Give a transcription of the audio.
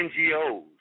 NGOs